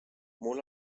mul